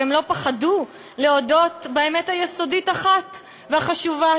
והם לא פחדו להודות באמת יסודית אחת וחשובה,